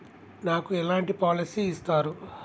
నాకు ఎలాంటి పాలసీ ఇస్తారు?